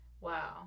Wow